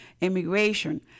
immigration